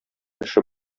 эше